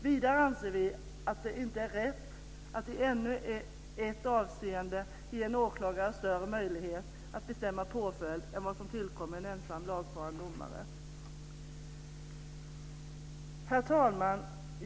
Vidare anser vi att det inte är rätt att i ännu ett avseende ge en åklagare större möjlighet att bestämma påföljd än vad som tillkommer en ensam lagfaren domare. Herr talman!